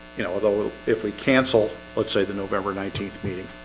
you know, although if we cancel let's say the november nineteenth meeting